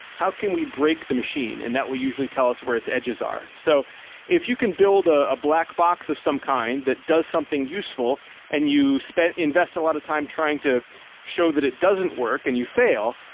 how can we break the machine and that we usually tell us where its edges are. so if you can build ah a black box of some kind that does something useful and you invest a lot of time trying to show that it doesn't work and you fail,